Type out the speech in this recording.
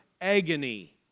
agony